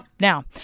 Now